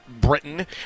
Britain